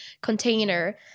container